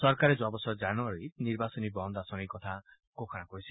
চৰকাৰে যোৱা বছৰ জানুৱাৰীত নিৰ্বাচনী বণু আঁচনিৰ কথা ঘোষণা কৰিছিল